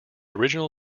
original